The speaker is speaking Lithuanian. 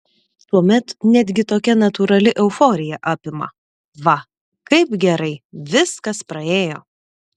tuomet netgi tokia natūrali euforija apima va kaip gerai viskas praėjo